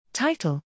Title